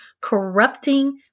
corrupting